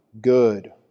good